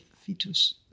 fetus